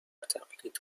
تقلید